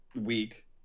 week